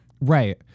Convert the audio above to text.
Right